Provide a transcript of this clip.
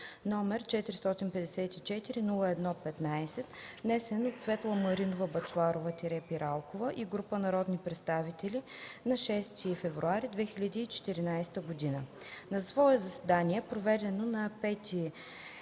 № 454-01-15, внесен от Светла Маринова Бъчварова-Пиралкова и група народни представители на 6 февруари 2014 г. На свое заседание, проведено на 5